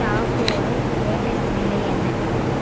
ஸ்டாக்கோட லேட்டஸ்ட் விலை என்ன